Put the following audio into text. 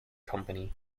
company